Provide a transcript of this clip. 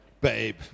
Babe